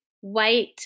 white